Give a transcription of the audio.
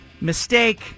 mistake